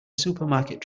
supermarket